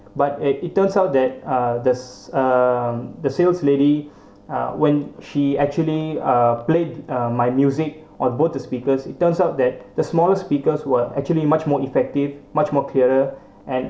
but eh it turns out that uh the um the sales lady uh when she actually uh played uh my music on both the speakers it turns out that the smaller speakers were actually much more effective much more clearer and